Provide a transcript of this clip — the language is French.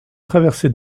traversées